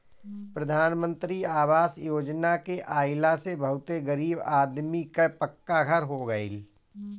प्रधान मंत्री आवास योजना के आइला से बहुते गरीब आदमी कअ पक्का घर हो गइल